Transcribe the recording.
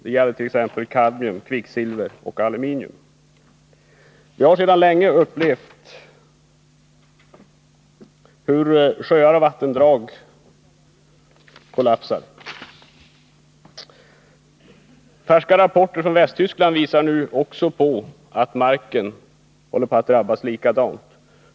Det gäller t.ex. kadmium, kvicksilver och aluminium. Vi har länge upplevt hur sjöar och vattendrag kollapsar. Färska rapporter från Västtyskland visar nu också att marken håller på att drabbas likadant.